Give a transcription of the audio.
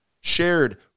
shared